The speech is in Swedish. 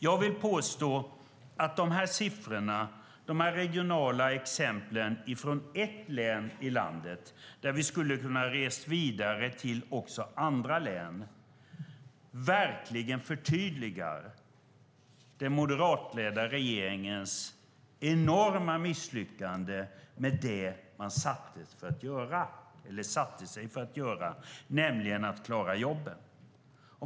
Jag vill påstå att de här siffrorna, de här regionala exemplen från ett län i landet där vi skulle ha kunnat resa vidare till andra län, verkligen förtydligar den moderatledda regeringens enorma misslyckande med det man satte sig för att göra, nämligen att klara jobben.